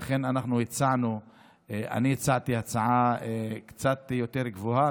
לכן אנחנו הצענו, אני הצעתי הצעה קצת יותר גבוהה